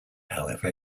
however